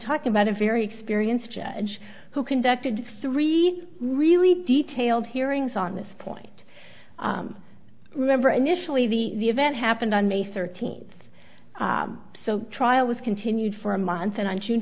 talking about a very experienced judge who conducted three really detailed hearings on this point remember initially the the event happened on may thirteenth so trial was continued for a month and on june